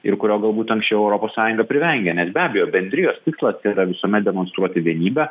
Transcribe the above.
ir kurio galbūt anksčiau europos sąjunga privengė nes be abejo bendrijos tikslas tai yra visuomet demonstruoti vienybę